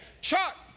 Chuck